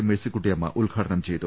മേഴ്സിക്കുട്ടിയമ്മ ഉദ്ഘാടനം ചെയ്തു